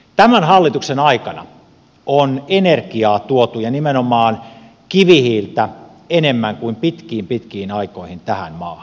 tämän hallituksen aikana on energiaa ja nimenomaan kivihiiltä tuotu enemmän kuin pitkiin pitkiin aikoihin tähän maahan